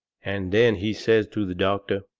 and then he says to the doctor,